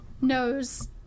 knows